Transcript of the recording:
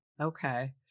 Okay